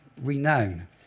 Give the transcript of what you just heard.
renown